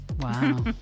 Wow